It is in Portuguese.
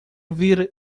ouvir